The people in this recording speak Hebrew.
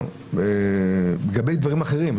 גורמים לזילות גם לגבי דברים אחרים.